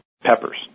peppers